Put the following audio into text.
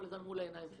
כל זה מול העיניים שלהם.